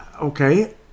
Okay